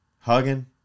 hugging